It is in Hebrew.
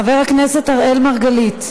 חבר הכנסת אראל מרגלית,